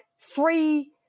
three